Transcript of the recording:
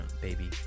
baby